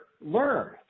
learn